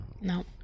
No